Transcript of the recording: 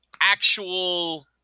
actual